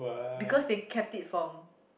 because they kept it from